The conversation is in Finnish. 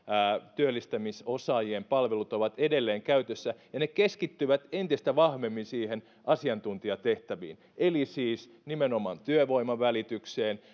työllistämisosaajien palvelut ovat edelleen käytössä ja ne keskittyvät entistä vahvemmin asiatuntijatehtäviin eli siis nimenomaan työvoiman välitykseen